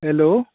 hello